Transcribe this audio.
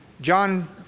John